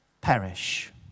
perish